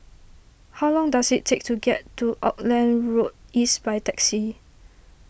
how long does it take to get to Auckland Road East by taxi